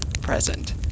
present